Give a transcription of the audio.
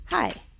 Hi